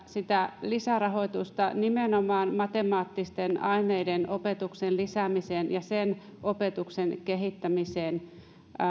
sitä lisärahoitusta nimenomaan matemaattisten aineiden opetuksen lisäämiseen ja sen opetuksen kehittämiseen